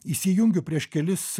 įsijungiu prieš kelis